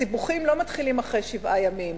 הסיבוכים לא מתחילים אחרי שבעה ימים,